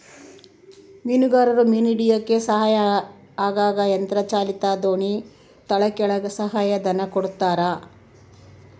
ಮೀನುಗಾರರು ಮೀನು ಹಿಡಿಯಕ್ಕ ಸಹಾಯ ಆಗಂಗ ಯಂತ್ರ ಚಾಲಿತ ದೋಣಿ ತಗಳಕ್ಕ ಸಹಾಯ ಧನ ಕೊಡ್ತಾರ